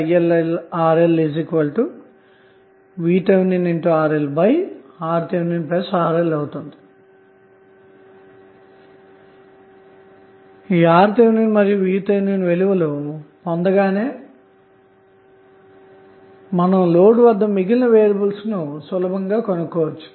RTh మరియు VTh విలువలు పొందగానే మీరు లోడ్ వద్ద మిగిలిన వేరియబుల్స్ ను సులభంగా కనుక్కోవచ్చు